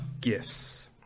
gifts